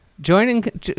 joining